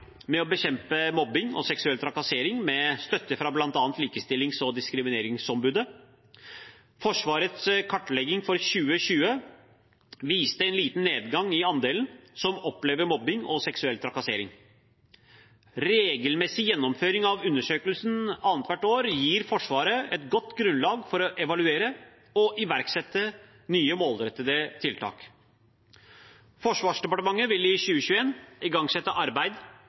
med å bekjempe mobbing og seksuell trakassering med støtte fra blant annet Likestillings- og diskrimineringsombudet. Forsvarets kartlegging for 2020 viste en liten nedgang i andelen som opplever mobbing og seksuell trakassering. Regelmessig gjennomføring av undersøkelsen annethvert år gir Forsvaret et godt grunnlag for å evaluere og iverksette nye målrettede tiltak. Forsvarsdepartementet vil i 2021 igangsette arbeid